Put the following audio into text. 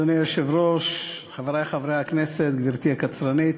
אדוני היושב-ראש, חברי חברי הכנסת, גברתי הקצרנית,